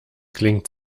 klingt